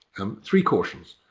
um three cautions.